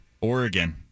Oregon